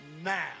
now